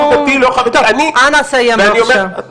אנא סיים, בבקשה.